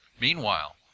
Meanwhile